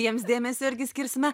jiems dėmesio irgi skirsime